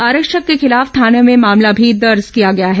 आरक्षक के खिलाफ थाने में मामला भी दर्ज किया गया है